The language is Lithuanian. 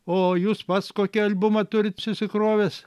o jūs pats kokį albumą turit susikrovęs